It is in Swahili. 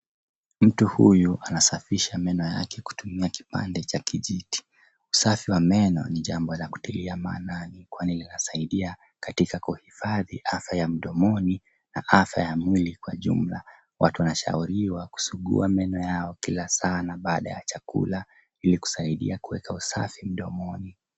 Mtu huyu anasafisha meno yake kutumia kipande cha kijiti. Usafi wa meno ni jambo la kutilia maanani kwani linasaidia katika kuhifadhi afya ya mdomoni na afya ya mwili kwa jumla. Watu wanashauriwa kusugua meno yao kila saa na baada ya chakula ili kusaidia kuweka usafi mdomoni.